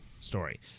story